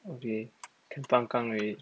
okay can pang gang already